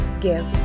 Give